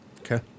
okay